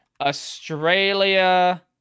Australia